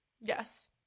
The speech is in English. yes